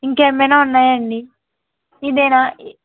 ఇంకా ఏమైన ఉన్నాయా అండి ఇదేనా